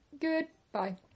Goodbye